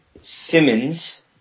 Simmons